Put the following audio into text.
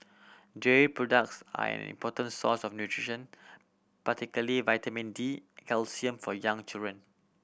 dairy products are an important source of nutrition particularly vitamin D calcium for young children